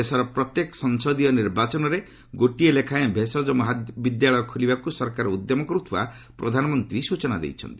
ଦେଶର ପ୍ରତ୍ୟେକ ସଂସଦୀୟ ନିର୍ବାଚନରେ ଗୋଟିଏ ଲେଖାଏଁ ଭେଷଜ ମହାବିଦ୍ୟାଳୟ ଖୋଲିବାକୁ ସରକାର ଉଦ୍ୟମ କରୁଥିବା ପ୍ରଧାନମନ୍ତ୍ରୀ ସୂଚନା ଦେଇଛନ୍ତି